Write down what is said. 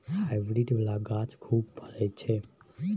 hybrid बला गाछ खूब फरइ छै